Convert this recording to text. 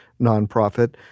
nonprofit